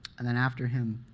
and then after him,